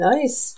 Nice